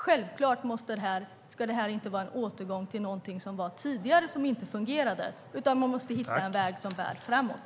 Självklart ska detta inte innebära en återgång till någonting som var tidigare och som inte fungerade, utan man måste hitta en väg som bär framåt.